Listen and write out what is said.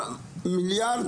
1.2 מיליארד